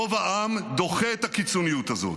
הרוב דוחה את הקיצוניות הזאת.